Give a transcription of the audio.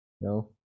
No